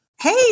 Hey